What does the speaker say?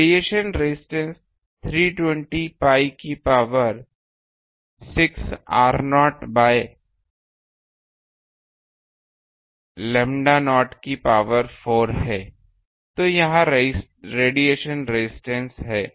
radiation resistance 320 pi की power 6 r0 by nought lambda nought की power 4 है तो यह रेडिएशन रेजिस्टेंस है